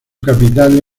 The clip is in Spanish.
capital